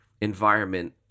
environment